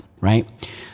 right